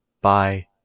Bye